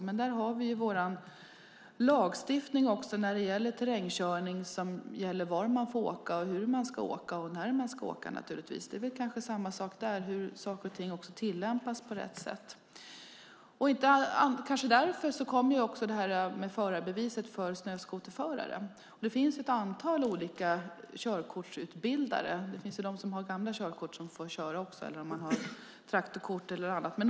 Vi har en lagstiftning för terrängkörning - om var, hur och naturligtvis när man ska åka. Det är väl samma sak där i fråga om att saker och ting tillämpas på rätt sätt. Kanske därför kom detta med förarbevis för snöskoterförare. Det finns ett antal olika körkortsutbildare. Också de som har gamla körkort eller traktorkort exempelvis får köra.